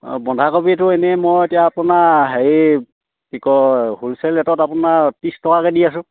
অঁ বন্ধাকবিটো এনেই মই এতিয়া আপোনাৰ হেৰি কি কয় হোলচেল ৰেটত আপোনাৰ ত্ৰিছ টকাকৈ দি আছো